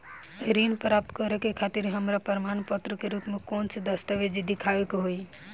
ऋण प्राप्त करे के खातिर हमरा प्रमाण के रूप में कउन से दस्तावेज़ दिखावे के होइ?